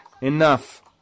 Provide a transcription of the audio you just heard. Enough